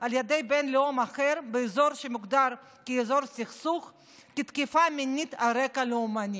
ידי בן לאום אחר באזור שמוגדר כאזור סכסוך כתקיפה מינית על רקע לאומני.